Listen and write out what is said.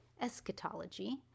eschatology